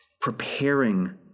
Preparing